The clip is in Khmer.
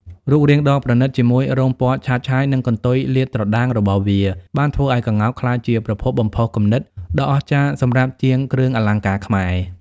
រូបរាងដ៏ប្រណិត ជាមួយរោមពណ៌ឆើតឆាយ និងកន្ទុយលាតត្រដាងរបស់វា បានធ្វើឱ្យក្ងោកក្លាយជាប្រភពបំផុសគំនិតដ៏អស្ចារ្យសម្រាប់ជាងគ្រឿងអលង្ការខ្មែរ។